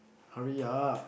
hurry up